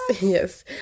yes